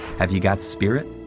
have you got spirit,